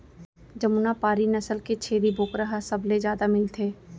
जमुना पारी नसल के छेरी बोकरा ह सबले जादा मिलथे